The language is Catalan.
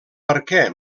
perquè